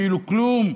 כאילו כלום,